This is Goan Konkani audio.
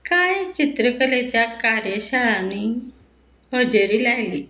कांय चित्रकलेच्या कार्यशाळांनी हजेरी लायली